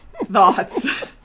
thoughts